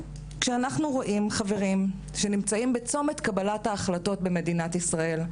כשאנחנו רואים חברים שנמצאים בצומת קבלת ההחלטות במדינת ישראל,